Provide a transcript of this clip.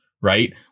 right